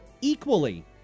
equally